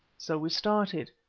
so we started.